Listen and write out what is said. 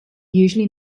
usually